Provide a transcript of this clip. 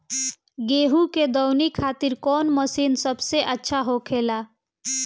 गेहु के दऊनी खातिर कौन मशीन सबसे अच्छा होखेला?